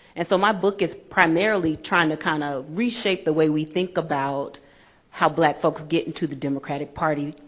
and so my book is, primarily, trying to kinda reshape the way we think about how black folks get into the democratic party,